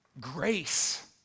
grace